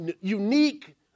unique